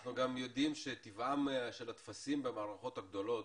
אנחנו גם יודעים שטיבם של הטפסים במערכות הגדולות,